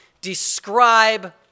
describe